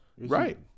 right